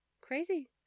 Crazy